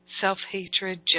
self-hatred